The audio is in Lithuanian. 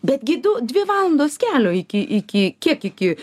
bet gi du dvi valandos kelio iki iki kiek iki